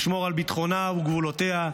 לשמור על ביטחונה וגבולותיה,